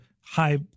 high